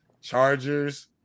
Chargers